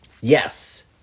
Yes